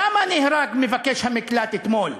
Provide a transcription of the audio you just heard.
למה נהרג מבקש המקלט אתמול?